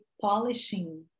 polishing